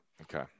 Okay